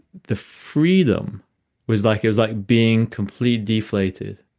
the freedom was like yeah was like being completely deflated.